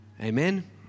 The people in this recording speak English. Amen